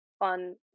on